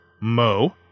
Mo